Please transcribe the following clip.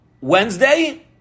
Wednesday